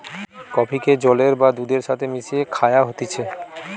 কফিকে জলের বা দুধের সাথে মিশিয়ে খায়া হতিছে